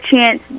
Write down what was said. chance